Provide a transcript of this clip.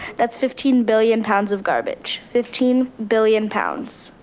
that's fifteen billion pounds of garbage, fifteen billion pounds.